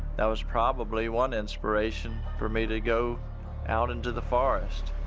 that was probably one inspiration for me to go out into the forest.